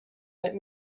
let